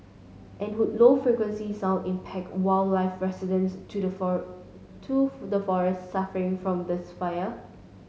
and would low frequency sound impact wildlife resident to the for to the forests suffering from this fire